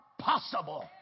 possible